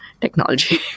technology